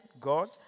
God